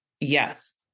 Yes